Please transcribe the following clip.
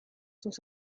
sus